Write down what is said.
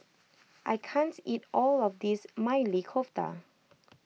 I can't eat all of this Maili Kofta